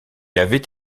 avait